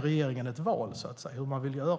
Regeringen har alltid ett val hur man vill göra.